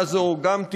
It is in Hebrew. גם הפרשה הזאת,